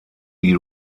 die